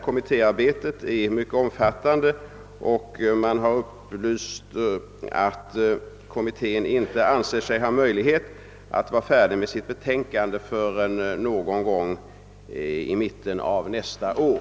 Kommittéarbetet är mycket omfattande, och man har upplyst mig om att kommittén inte anser sig kunn: framlägga sitt betänkande förrän nå gon gång i mitten av nästa år.